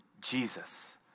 Jesus